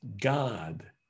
God